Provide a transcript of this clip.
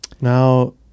now